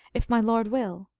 if my lord will,